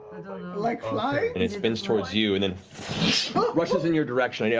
like like and it spins towards you and then rushes in your direction. yeah